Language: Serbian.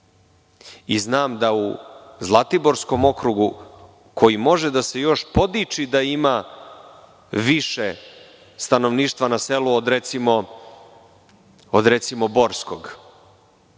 Znam da u Zlatiborskom okrugu koji može još da se podiči da ima više stanovništva na selu od, recimo Borskog